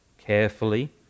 carefully